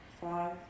five